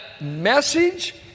message